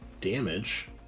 damage